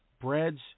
breads